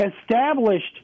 established